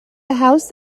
house